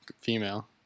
female